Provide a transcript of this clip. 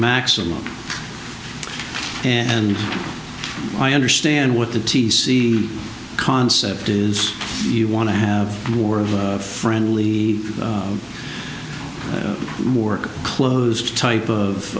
maximum and i understand what the t c concept is you want to have more of a friendly work closed type of